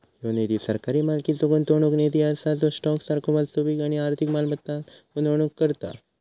ह्यो निधी सरकारी मालकीचो गुंतवणूक निधी असा जो स्टॉक सारखो वास्तविक आणि आर्थिक मालमत्तांत गुंतवणूक करता